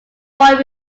boyd